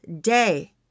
day